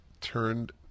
turned